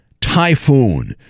typhoon